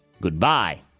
goodbye